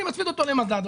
אני מצמיד אותו למדד,